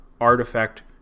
artifact